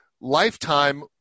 lifetime